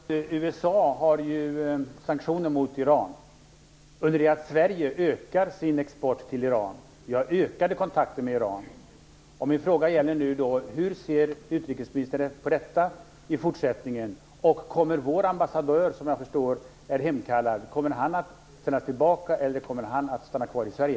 Fru talman! USA har sanktioner mot Iran under det att Sverige ökar sin export till Iran. Vi har ökade kontakter med Iran. Min fråga är nu: Hur ser utrikesministern på detta i fortsättningen? Kommer vår ambassadör, som jag förstår är hemkallad, att sändas tillbaka eller att stanna kvar i Sverige?